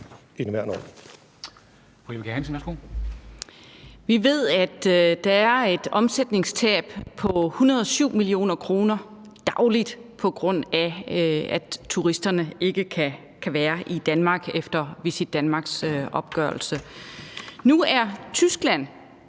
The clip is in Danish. opgørelse er et omsætningstab på 107 mio. kr. dagligt, på grund af at turisterne ikke kan være i Danmark. Nu er Tyskland